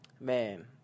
Man